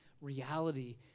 reality